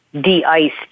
de-iced